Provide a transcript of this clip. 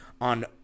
on